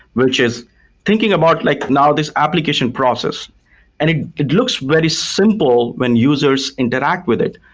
which is thinking about like now this application process and it it looks very simple when users interact with it.